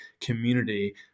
community